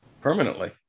permanently